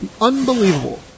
Unbelievable